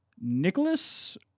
Nicholas